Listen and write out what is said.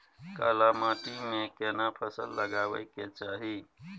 काला माटी में केना फसल लगाबै के चाही?